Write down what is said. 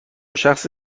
شخص